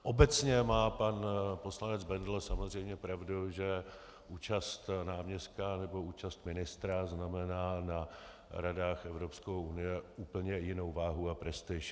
Obecně má pan poslanec Bendl samozřejmě pravdu, že účast náměstka nebo účast ministra znamená na radách Evropské unie úplně jinou váhu a prestiž.